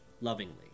lovingly